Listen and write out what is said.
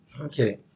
Okay